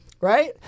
right